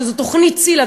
שזו תוכנית ציל"ה,